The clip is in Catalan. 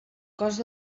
cost